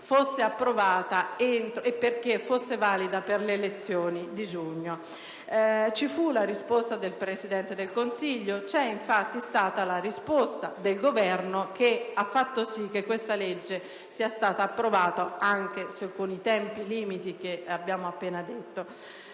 fosse approvata e quindi valida per le elezioni di giugno. Ci fu la risposta del Presidente del Consiglio: c'è stata infatti la risposta del Governo che ha fatto sì che questa legge venisse approvata, anche se nei tempi limite che abbiamo appena detto.